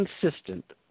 Consistent